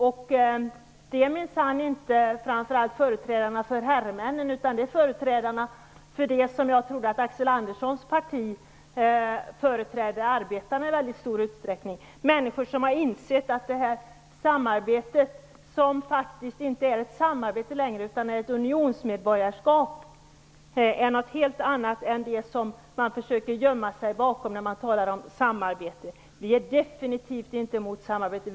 Det gäller minsann inte framför allt företrädarna för herremännen utan de som jag trodde att Axel Anderssons parti i väldigt stor utsträckning representerade, nämligen arbetarna. Det är människor som har insett att det faktiskt inte längre är fråga om ett samarbete utan om ett unionsmedborgarskap, något helt annat än det som man försöker gömma sig bakom med sitt tal om samarbete. Vi är definitivt inte mot samarbete.